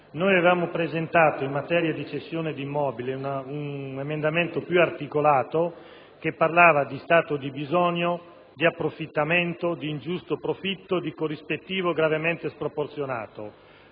Signor Presidente, in materia di cessione di immobili avevamo presentato un emendamento più articolato che parlava di stato di bisogno, di approffittamento, di ingiusto profitto, di corrispettivo gravemente sproporzionato,